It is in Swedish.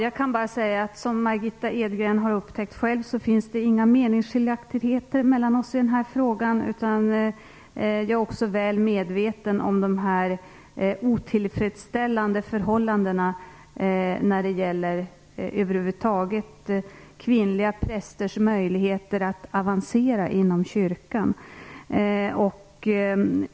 Herr talman! Som Margitta Edgren själv upptäckt finns det inga meningsskiljaktigheter oss emellan i den här frågan. Jag är också väl medveten om de otillfredsställande förhållandena över huvud taget när det gäller kvinnliga prästers möjligheter att avancera inom Kyrkan.